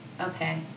Okay